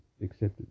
accepted